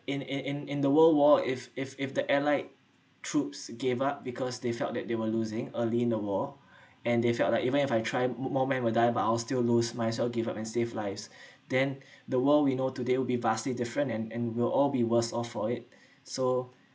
in in in in the world war if if if the allied troops gave up because they felt that they were losing early in the war and they felt like even if I try mo~ more man will die but I'll still lose myself give up and save lives than the world we know today will be vastly different and and we'll all be worse off for it so